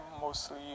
mostly